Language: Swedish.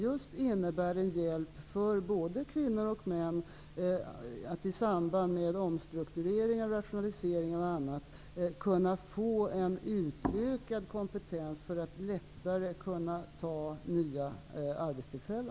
Detta innebär en hjälp för både kvinnor och män att i samband med t.ex. omstruktureringar och rationaliseringar kunna få en utökad kompetens för att lättare kunna få ett nytt arbetstillfälle.